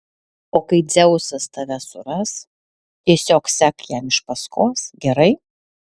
o kai dzeusas tave suras tiesiog sek jam iš paskos gerai